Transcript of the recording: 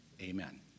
Amen